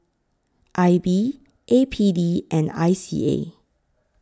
I B A P D and I C A